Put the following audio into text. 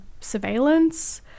surveillance